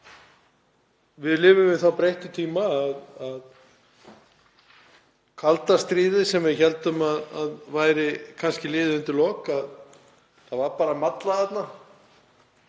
Við lifum við þá breyttu tíma að kalda stríðið, sem við héldum kannski að væri liðið undir lok, var bara að malla þarna.